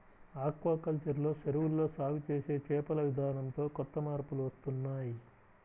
aquaculture లో చెరువుల్లో సాగు చేసే చేపల విధానంతో కొత్త మార్పులు వస్తున్నాయ్